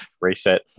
reset